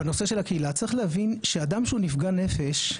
בנושא של הקהילה צריך להבין שאדם שהוא נפגע נפש,